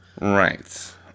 Right